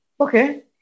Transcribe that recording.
Okay